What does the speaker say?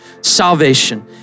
salvation